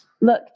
look